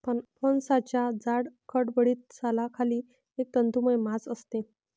फणसाच्या जाड, खडबडीत सालाखाली एक तंतुमय मांस असते